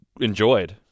enjoyed